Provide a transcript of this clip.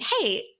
hey